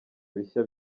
bishya